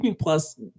Plus